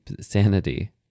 sanity